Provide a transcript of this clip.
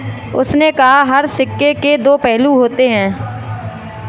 उसने कहा हर सिक्के के दो पहलू होते हैं